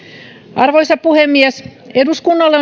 arvoisa puhemies eduskunnalle